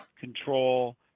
control